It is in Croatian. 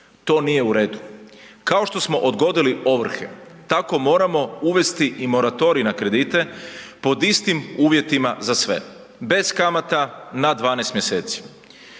to nije u redu. Kao što smo odgodili ovrhe, tako moramo uvesti i moratorij na kredite, pod istim uvjetima za sve. Bez kamata na 12 mjeseci.